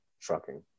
trucking